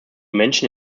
menschen